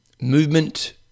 movement